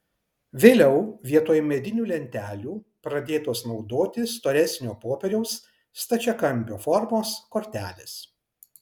vėliau vietoj medinių lentelių pradėtos naudoti storesnio popieriaus stačiakampio formos kortelės